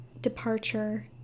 departure